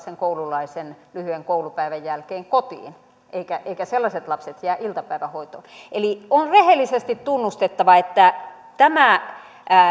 sen koululaisen lyhyen koulupäivän jälkeen kotiin eivätkä eivätkä sellaiset lapset jää iltapäivähoitoon eli on rehellisesti tunnustettava että tämä